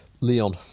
Leon